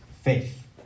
faith